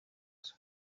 nzu